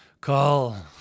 Call